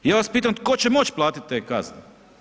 Ja vas pitam tko će moći platiti te kazne.